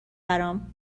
برام